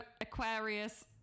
Aquarius